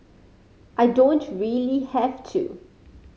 I don't really have to